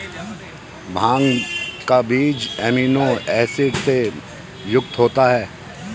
भांग का बीज amino acid से युक्त होता है